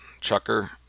chucker